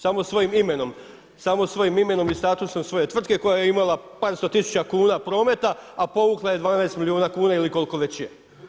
Samo svojim imenom, samo svojim imenom i statusom svoje tvrtke koja je imala par sto tisuća kuna prometa, a povukla je 12 milijuna kuna ili kolko već je.